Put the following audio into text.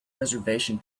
reservation